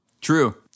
True